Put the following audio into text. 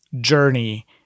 journey